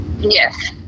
Yes